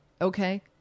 Okay